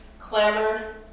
clamor